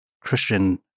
Christian